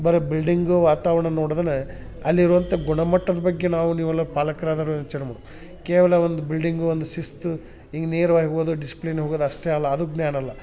ಬರೇ ಬಿಲ್ಡಿಂಗು ವಾತಾವರಣ ನೋಡದೆನೆ ಅಲ್ಲಿ ಇರುವಂಥ ಗುಣಮಟ್ಟದ ಬಗ್ಗೆ ನಾವು ನೀವೆಲ್ಲ ಪಾಲಕರಾದವರು ಯೋಚನೆ ಮಾಡ್ಬೇಕು ಕೇವಲ ಒಂದು ಬಿಲ್ಡಿಂಗು ಒಂದು ಶಿಸ್ತು ಹಿಂಗೆ ನೇರವಾಯ್ ಹೋದ್ರೆ ಡಿಸಿಪ್ಲಿನ್ ಹೋಗದು ಅಷ್ಟೇ ಅಲ್ಲ ಅದು ಜ್ಞಾನ ಅಲ್ಲ